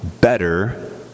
better